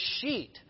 sheet